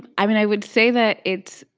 i mean, i would say that it's,